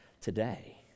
today